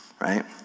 right